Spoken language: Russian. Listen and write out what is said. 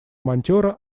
монтера